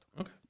Okay